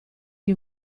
chi